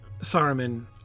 Saruman